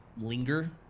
linger